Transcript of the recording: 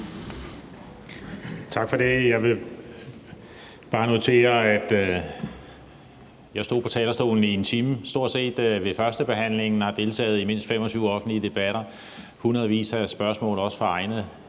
Tak for det. Jeg vil bare notere, at jeg stod på talerstolen stort set en time ved førstebehandlingen og har deltaget i mindst 25 offentlige debatter og har modtaget hundredvis af spørgsmål fra borgere